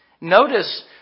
Notice